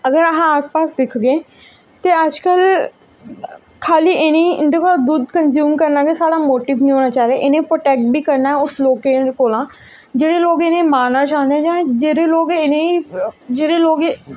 अगर अस आप पास दिखगे ते अज्जकल खाल्ली एह् निं इं'दे कोला दुद्ध कनज्यूम करना गै साढ़ा मोटिव निं होना चाहिदा इ'नेंगी प्रोटैक्ट बी करना ऐ उस लोकें कोला